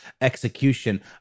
execution